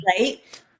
Right